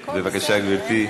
בבקשה, גברתי,